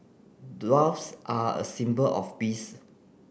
doves are a symbol of peace